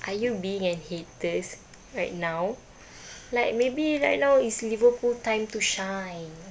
are you being an haters right now like maybe right now it's liverpool time to shine